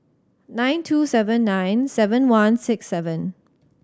nine two seven nine seven one six seven